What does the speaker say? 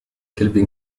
كلب